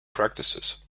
practices